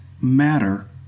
matter